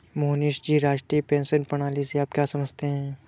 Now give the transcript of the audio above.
मोहनीश जी, राष्ट्रीय पेंशन प्रणाली से आप क्या समझते है?